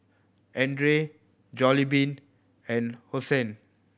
Andre Jollibean and Hosen